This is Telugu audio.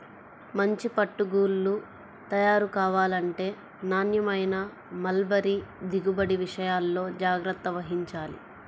మంచి పట్టు గూళ్ళు తయారు కావాలంటే నాణ్యమైన మల్బరీ దిగుబడి విషయాల్లో జాగ్రత్త వహించాలి